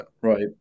Right